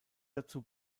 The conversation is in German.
dazu